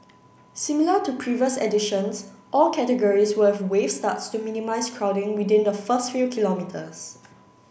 similar to previous editions all categories will have wave starts to minimise crowding within the first few kilometres